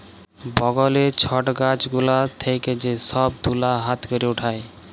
বগলে ছট গাছ গুলা থেক্যে যে সব তুলা হাতে ক্যরে উঠায়